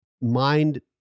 mind